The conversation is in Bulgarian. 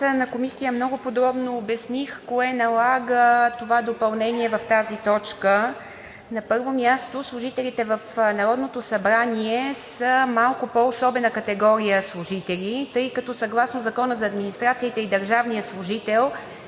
Аз на Комисия много подробно обясних кое налага това допълнение в тази точка. На първо място, служителите в Народното събрание са малко по-особена категория служители, тъй като съгласно Закона за администрацията и за държавния служител